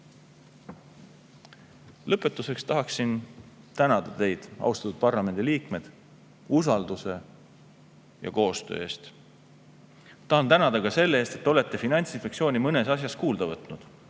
Lõpetuseks tahaksin tänada teid, austatud parlamendiliikmed, usalduse ja koostöö eest. Tahan tänada ka selle eest, et te olete Finantsinspektsiooni mõnes asjas kuulda võtnud.